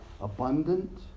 abundant